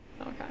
Okay